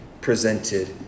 presented